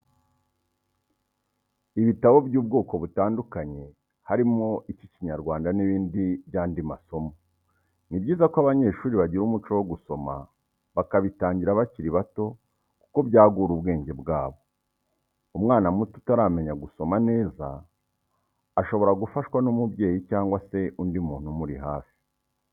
Ibitabo by'ubwoko butandukanye harimo icy'Ikinyarwanda n'ibindi by'ayandi masomo, ni byiza ko abanyeshuri bagira umuco wo gusoma bakabitangira bakiri bato kuko byagura ubwenge bwabo, umwana muto utaramenya gusoma neza shobora gufashwa n'umubyeyi cyangwa se undi muntu umuri hafi.